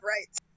rights